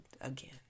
again